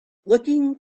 looking